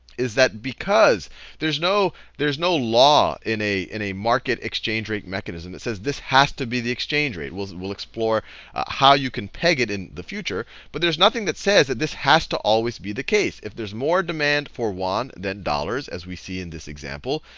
is that because there's no there's no law in a in a market exchange rate mechanism that says this has to be the exchange rate we'll we'll explore how you can peg it in the future but there's nothing that says that this has to always be the case. if there's more demand for yuan then dollars, as we see in this example,